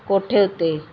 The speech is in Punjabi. ਕੋਠੇ ਉੱਤੇ